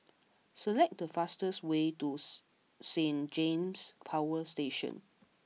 select the fastest way to Saint James Power Station